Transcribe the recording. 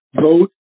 Vote